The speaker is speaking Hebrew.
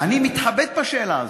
אני מתחבט בשאלה הזאת.